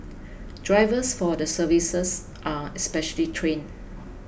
drivers for the services are specially trained